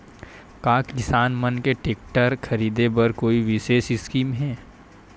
का किसान मन के टेक्टर ख़रीदे बर कोई विशेष स्कीम हे?